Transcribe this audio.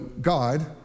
God